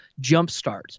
jumpstart